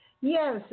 Yes